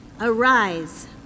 Arise